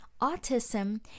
autism